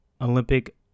Olympic